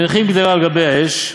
מניחין קדרה על גבי האש,